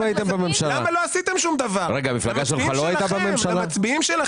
למה לא עשיתם שום דבר, אלה המצביעים שלכם.